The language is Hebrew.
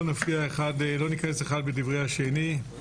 לא ניכנס אחד לדברי השני.